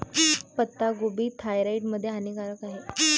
पत्ताकोबी थायरॉईड मध्ये हानिकारक आहे